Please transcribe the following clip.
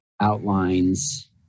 Outlines